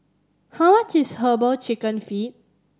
how much is Herbal Chicken Feet